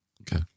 Okay